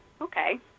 Okay